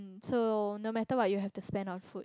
so no matter what you have to spend on food